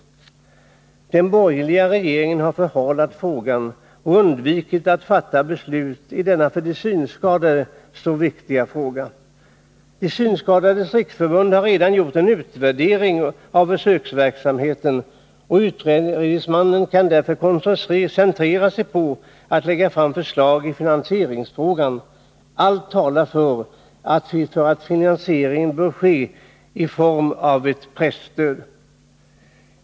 Den borgerliga regeringen har förhalat ärendet och undvikit att fatta beslut i denna för synskadade så viktiga fråga. De synskadades riksförbund har redan gjort en utvärdering av försöksverksamheten, och utredningsmannen kan därför koncentrera sig på att lägga fram förslag i finansieringsfrågan. Allt talar för att finansieringen bör ske i form av ett särskilt presstöd.